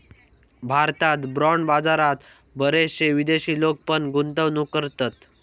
भारतात बाँड बाजारात बरेचशे विदेशी लोक पण गुंतवणूक करतत